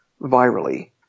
virally